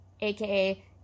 aka